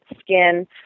skin